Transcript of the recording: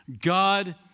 God